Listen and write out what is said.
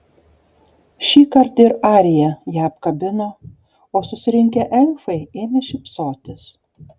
šįkart ir arija ją apkabino o susirinkę elfai ėmė šypsotis